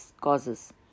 causes